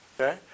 okay